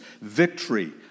Victory